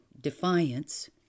defiance